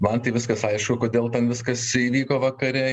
man tai viskas aišku kodėl ten viskas įvyko vakare